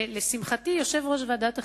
שלשמחתי יושב-ראש ועדת החינוך,